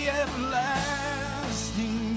everlasting